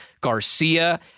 Garcia